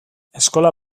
eskola